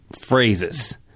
phrases